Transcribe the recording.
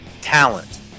talent